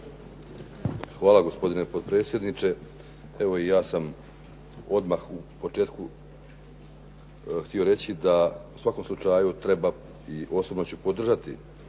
Hvala gospodine potpredsjedniče. Evo i ja sam odmah u početku htio reći da u svakom slučaju treba, i osobno ću podržati